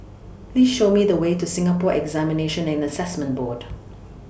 Please Show Me The Way to Singapore Examinations and Assessment Board